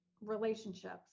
relationships